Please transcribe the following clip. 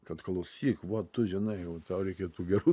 kad klausyk va tu žinai va tau reikėtų gerų